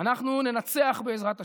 אנחנו ננצח, בעזרת השם,